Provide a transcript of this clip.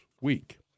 week